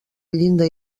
llinda